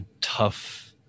tough